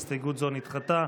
וגם הסתייגות זו נדחתה.